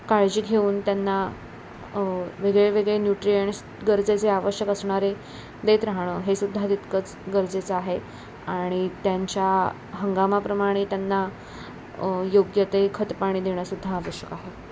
काळजी घेऊन त्यांना वेगळे वेगळे न्यूट्रियंट्स गरजेचे आवश्यक असणारे देत राहणं हे सुद्धा तितकंच गरजेचं आहे आणि त्यांच्या हंगामाप्रमाणे त्यांना योग्य ते खतपाणी देणंसुद्धा आवश्यक आहे